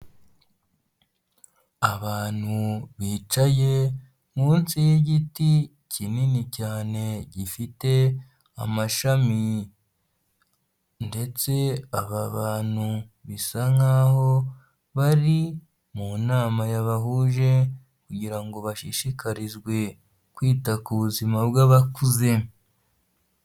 Abantu bicaye munsi y'igiti kinini cyane gifite amashami ndetse aba bantu bisa nk'aho bari mu nama yabahuje kugira ngo bashishikarizwe kwita ku buzima bw'abakuze.